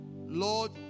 Lord